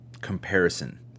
comparison